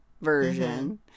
version